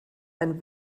ein